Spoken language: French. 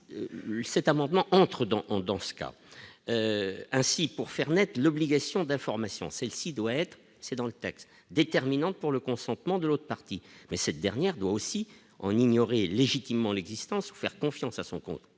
cet amendement entrent dans dans ce cas, ainsi pour faire naître l'obligation d'information, celle-ci doit être, c'est dans le texte, déterminante pour le consentement de l'autre partie, mais cette dernière doit aussi on ignorait légitimement l'existence ou faire confiance à son compte